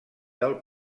del